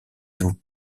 tout